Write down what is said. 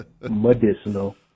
medicinal